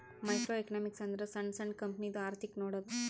micro economics ಅಂದುರ್ ಸಣ್ಣು ಸಣ್ಣು ಕಂಪನಿದು ಅರ್ಥಿಕ್ ನೋಡದ್ದು